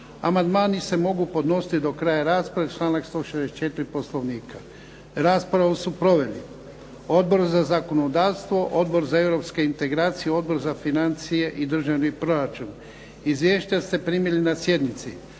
Amandmani se mogu podnositi do kraja rasprave. Članak 164. Poslovnika. Raspravu su proveli Odbor za zakonodavstvo, Odbor za europske integracije, Odbor za financije i državni proračun. Izvješća ste primili na sjednici.